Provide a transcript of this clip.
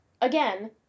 again